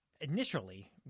initially